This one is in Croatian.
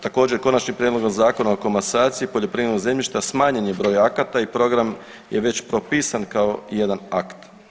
Također Konačnim prijedlogom Zakona o komasaciji poljoprivrednog zemljišta smanjen je broj akata i program je već propisan kao jedan akt.